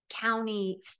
County